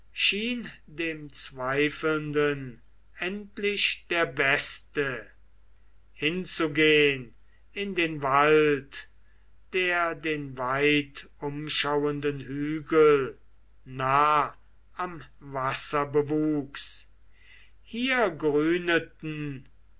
dem zweifelnden endlich der beste hinzugehn in den wald der den weitumschauenden hügel nah am wasser bewuchs hier